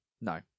No